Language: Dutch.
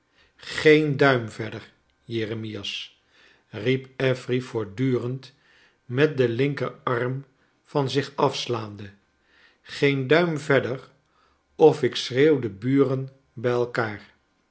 geen duim verder jeremias riep affery voortdurend met den linker arm van zich afslaande geen duim verder of ik schreeuw de buren bij elkaar